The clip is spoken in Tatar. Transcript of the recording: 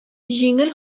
җиңел